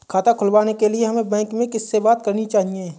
खाता खुलवाने के लिए हमें बैंक में किससे बात करनी चाहिए?